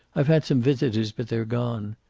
i've had some visitors, but they're gone.